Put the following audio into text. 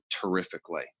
terrifically